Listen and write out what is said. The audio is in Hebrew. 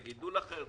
לגידול אחר,